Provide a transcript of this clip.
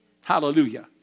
Hallelujah